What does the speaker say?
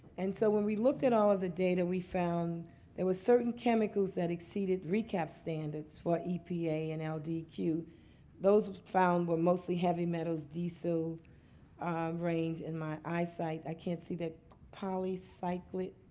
and so when we looked at all of the data, we found there were certain chemicals that exceeded recap standards for epa and ldq. those found were mostly heavy metals, diesel range and my eyesight, i can't see that polycyclic